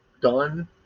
done